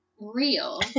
real